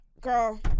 girl